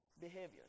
behaviors